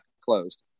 closed